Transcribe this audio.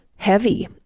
heavy